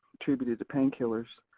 attributed to pain killers.